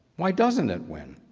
why doesn't it win?